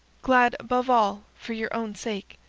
glad, above all, for your own sake.